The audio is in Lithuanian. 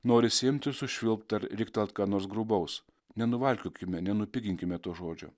norisi imti ir sušvilpt ar riktelt ką nors grubaus nenuvalkiokime nenupiginkime to žodžio